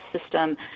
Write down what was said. system